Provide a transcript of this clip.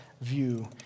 view